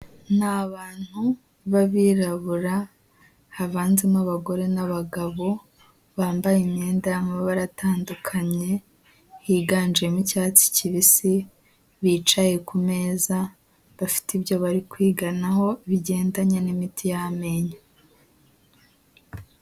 Ni abantu b'abirabura havanzemo abagore n'abagabo, bambaye imyenda y'amabara atandukanye, higanjemo icyatsi kibisi, bicaye ku meza bafite ibyo bari kwiganaho bigendanye n'imiti y'amenyo.